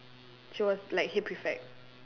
she was like head prefect